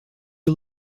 you